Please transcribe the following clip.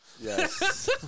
Yes